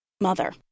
Mother